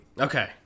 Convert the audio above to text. Okay